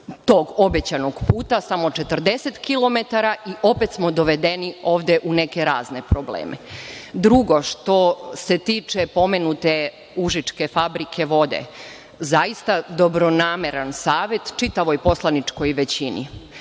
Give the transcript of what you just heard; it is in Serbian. tog obećanog puta, samo 40 km, i opet smo dovedeni ovde u neke razne probleme. Drugo, što se tiče pomenute užičke fabrike vode, zaista dobronameran savet čitavoj poslaničkoj većini